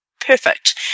perfect